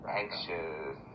anxious